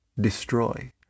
destroy